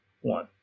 one